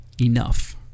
enough